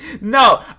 no